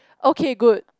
okay good